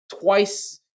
twice